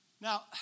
Now